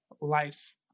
life